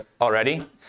already